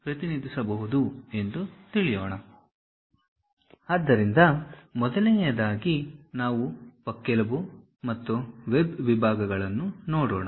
ಆದ್ದರಿಂದ ಮೊದಲನೆಯದಾಗಿ ನಾವು ಪಕ್ಕೆಲುಬು ಮತ್ತು ವೆಬ್ ವಿಭಾಗಗಳನ್ನು ನೋಡೋಣ